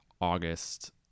August